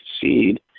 seed